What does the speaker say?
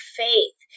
faith